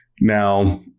Now